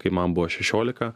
kai man buvo šešiolika